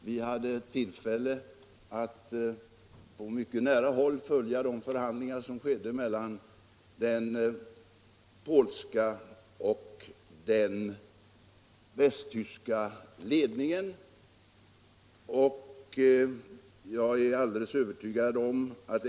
Vi hade tillfälle att på mycket nära håll följa de förhandlingar som skedde mellan den polska och den västtyska ledningen.